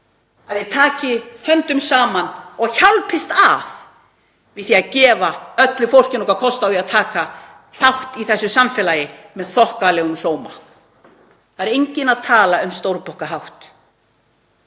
taki höndum saman og hjálpist að við að gefa öllu fólkinu okkar kost á því að taka þátt í þessu samfélagi með þokkalegum sóma. Það er enginn að tala um stórbokkahátt.